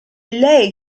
lei